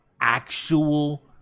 actual